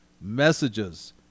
messages